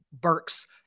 Burks